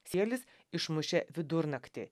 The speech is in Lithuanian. sėlis išmušė vidurnaktį